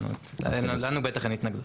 לנו בטח אין התנגדות.